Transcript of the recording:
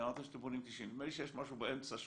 ואמרתם שאתם בונים 90. נדמה לי שיש משהו באמצע שהוא